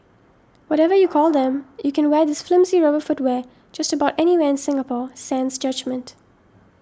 whatever you call them you can wear this flimsy rubber footwear just about anywhere in Singapore sans judgement